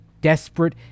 desperate